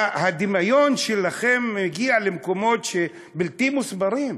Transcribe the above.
הדמיון שלכם מגיע למקומות בלתי מוסברים.